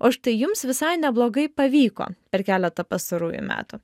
o štai jums visai neblogai pavyko per keletą pastarųjų metų